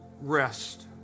rest